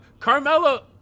Carmella